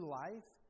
life